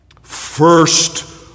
first